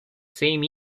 same